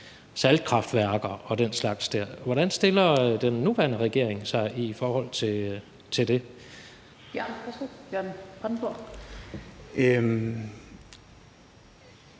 saltkraftværker og den slags. Hvordan stiller den nuværende regering sig i forhold til det?